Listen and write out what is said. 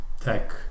tech